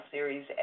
Series